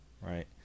right